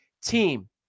team